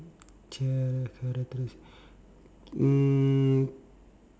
cha~ characteris~ mm